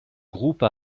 groupe